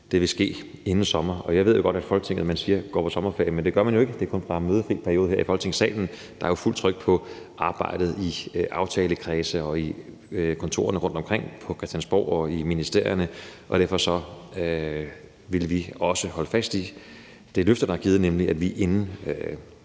vil ske inden sommer. Jeg ved jo godt, at man siger, at Folketinget går på sommerferie, men det gør man jo ikke, for det er kun bare mødefri periode her i Folketingssalen. Der er jo fuldt tryk på arbejdet i aftalekredse og i kontorerne rundtomkring på Christiansborg og i ministerierne. Derfor vil vi også holde fast i det løfte, der er givet, nemlig at regeringen,